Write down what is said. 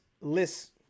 lists